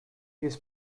his